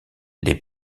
les